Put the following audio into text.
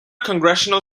congressional